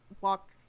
walk